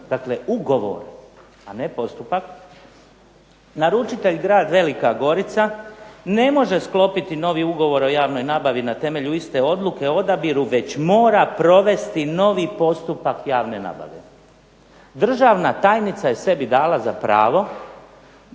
dakle ugovor a ne postupak